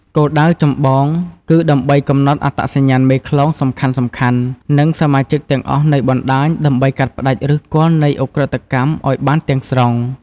គោលដៅចម្បងគឺដើម្បីកំណត់អត្តសញ្ញាណមេខ្លោងសំខាន់ៗ និងសមាជិកទាំងអស់នៃបណ្តាញ ដើម្បីកាត់ផ្តាច់ឫសគល់នៃឧក្រិដ្ឋកម្មឲ្យបានទាំងស្រុង។